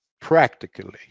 practically